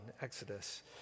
Exodus